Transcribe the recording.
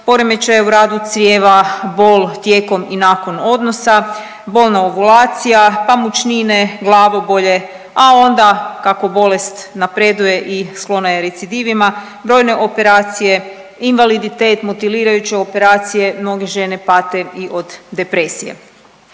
poremećaje u radu crijeva, bol tijekom i nakon odnosa, bolna ovulacija, pa mučnine, glavobolje, a onda, kako bolest napreduje i sklona je recidivima, brojne operacije, invaliditet, mutilirajuće operacije, mnoge žene pate i od depresije.